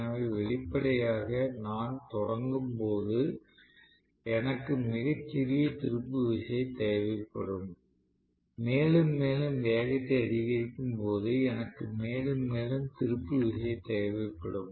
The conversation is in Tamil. எனவே வெளிப்படையாக நான் தொடங்கும்போது எனக்கு மிகச் சிறிய திருப்பு விசை தேவைப்படும் மேலும் மேலும் வேகத்தை அதிகரிக்கும்போது எனக்கு மேலும் மேலும் திருப்பு விசை தேவைப்படும்